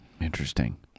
interesting